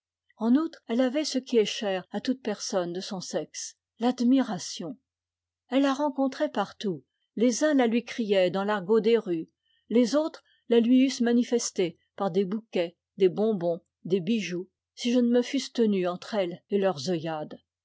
en outre elle avait ce qui est cher à toute personne de son sexe l'admiration elle la rencontrait partout les uns la lui criaient dans l'argot des rues les autres la lui eussent manifestée par des bouquets des bonbons des bijoux si je ne me fusse tenu entre elle et leurs